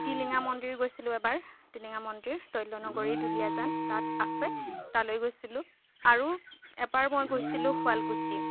টিলিঙা মন্দিৰ গৈছিলো এবাৰ টিলিঙা মন্দিৰ তৈলনগৰী দুলীয়াজান তাত আছে তালৈ গৈছিলো আৰু এবাৰ মই গৈছিলো শুৱালকুছী